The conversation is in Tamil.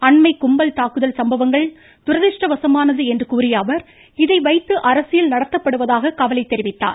அண்மை கும்பல் தாக்குதல் சம்பவங்கள் துரதிஷ்டவசமானது என்று கூறிய அவர் இதை வைத்து அரசியல் நடத்தப்படுவதாக கவலை தெரிவித்தார்